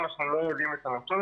המסומלים.